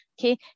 okay